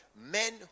men